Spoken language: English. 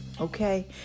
okay